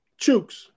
Chooks